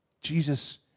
Jesus